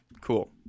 Cool